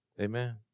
Amen